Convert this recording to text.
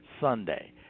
Sunday